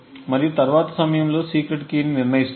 మరియు తరువాత సమయంలో సీక్రెట్ కీని నిర్ణయిస్తాయి